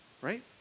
right